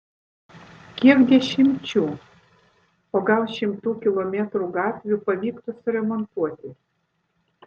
kiek dešimčių o gal šimtų kilometrų gatvių pavyktų suremontuoti